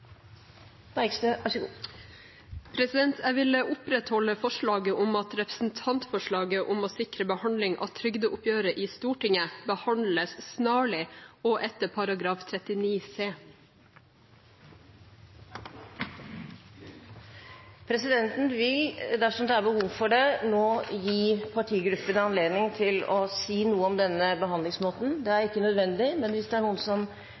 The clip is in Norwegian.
Bergstø har bedt om ordet. Jeg vil opprettholde forslaget om at representantforslaget om å sikre behandling av trygdeoppgjøret i Stortinget behandles snarlig og etter § 39 c. Presidenten vil, dersom det er behov for det, gi partigruppene anledning til å si noe om denne behandlingsmåten. Det er ikke nødvendig, men hvis det er noen som